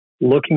looking